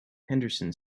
henderson